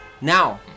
Now